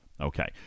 Okay